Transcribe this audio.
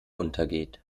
untergeht